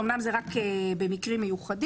אומנם זה רק במקרים מיוחדים,